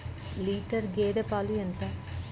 Litre గేదె పాలు ఎంత?